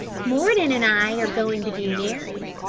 mordon and i are going to be married.